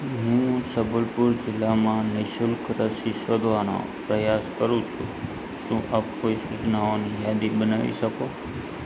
હું સંબલપુર જિલ્લામાં નિઃશુલ્ક રસી શોધવાનો પ્રયાસ કરું છું શું આપ કોઈ સૂચનાઓની યાદી બનાવી શકો